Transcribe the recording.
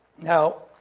Now